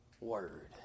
word